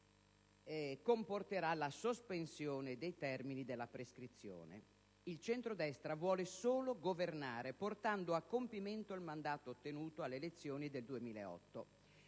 impedimento comporterà la sospensione dei termini della prescrizione. Il centrodestra vuole solo governare, portando a compimento il mandato ottenuto alle elezioni del 2008: